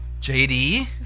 JD